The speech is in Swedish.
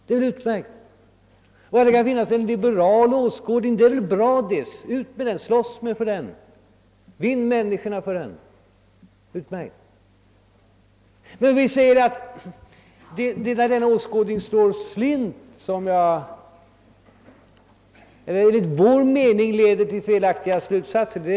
Det är bra att en liberal åskådning förs fram. Slåss för den och sök vinna människorna för den! Detta är utmärkt. Men vi har sagt att denna åskådning ibland leder till felaktiga slutsatser.